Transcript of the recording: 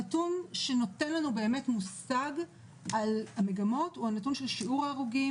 הנתון שנותן לנו מושג על המגמות הוא הנתון של שיעור ההרוגים,